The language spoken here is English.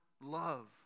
love